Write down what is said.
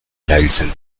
erabiltzen